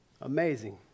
amazing